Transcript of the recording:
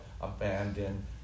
abandon